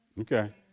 Okay